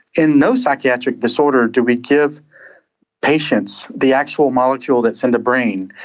in no psychiatric disorder do we give patients the actual molecule that's in the brain.